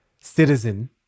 citizen